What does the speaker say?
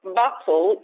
battle